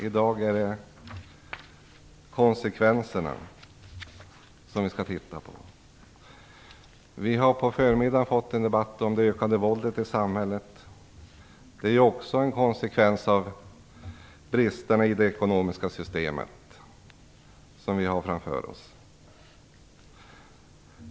I dag är det konsekvenserna som vi skall titta på. Vi har i dag på förmiddagen haft en debatt om det ökade våldet i samhället, vilket också blir en konsekvens av bristerna i det ekonomiska system som vi har framför oss.